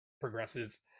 progresses